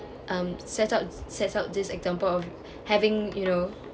um set up set up this example of having you know